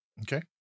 Okay